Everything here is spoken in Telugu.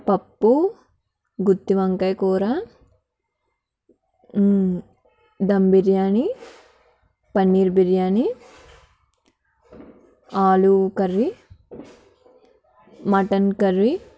పప్పు గుత్తి వంకాయ కూర ధమ్ బిర్యానీ పన్నీర్ బిర్యానీ ఆలు కర్రీ మటన్ కర్రీ